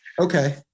Okay